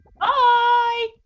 Bye